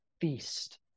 feast